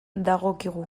dagokigu